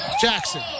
Jackson